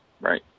Right